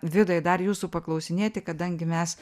vidai dar jūsų paklausinėti kadangi mes